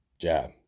jab